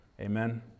Amen